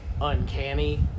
uncanny